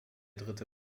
dritte